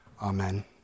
Amen